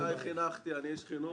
כל חיי חינכתי ואני איש חינוך,